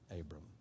Abram